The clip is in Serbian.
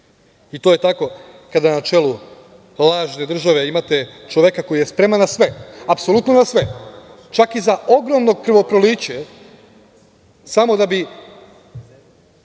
To je tako kada na čelu lažne države imate čoveka koji je spreman na sve, apsolutno na sve, čak i za ogromno krvoproliće samo da bi,